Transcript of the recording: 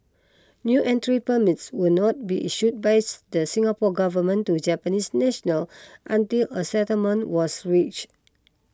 new entry permits would not be issued bys the Singapore Government to Japanese national until a settlement was reach